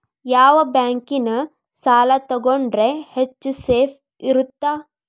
ಯಾವ ಬ್ಯಾಂಕಿನ ಸಾಲ ತಗೊಂಡ್ರೆ ಹೆಚ್ಚು ಸೇಫ್ ಇರುತ್ತಾ?